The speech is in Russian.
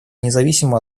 независимо